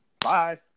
Bye